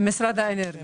עם משרד האנרגיה.